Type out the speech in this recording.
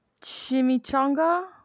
chimichanga